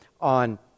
on